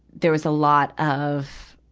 there was a lot of,